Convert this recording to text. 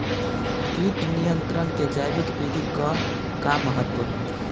कीट नियंत्रण क जैविक विधि क का महत्व ह?